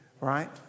right